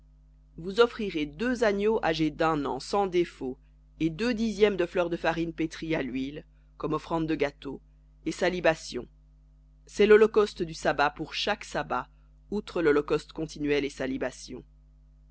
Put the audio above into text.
deux agneaux âgés d'un an sans défaut et deux dixièmes de fleur de farine pétrie à l'huile comme offrande de gâteau et sa libation lholocauste du sabbat pour chaque sabbat outre l'holocauste continuel et sa libation